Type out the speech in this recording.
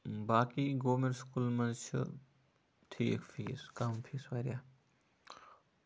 باقٕے گورمینٹ سٔکوٗلَن منٛز چھُ ٹھیٖک فیٖس کَم فیٖس واریاہ